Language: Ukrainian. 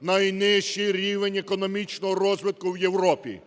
Найнижчий рівень економічного розвитку в Європі,